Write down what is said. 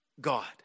God